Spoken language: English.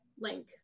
link